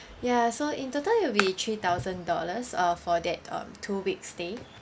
ya so in total it will be three thousand dollars uh for that um two weeks stay